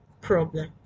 problem